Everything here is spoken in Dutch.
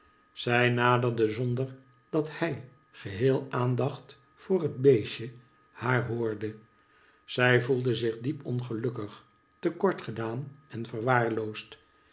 zij naderde zonder dat hij geheel aandacht voor het beestje haar hoorde zij voelde zich diep ongelukkig te kort gedaan en verwaarloosd